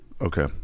Okay